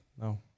No